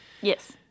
Yes